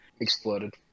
Exploded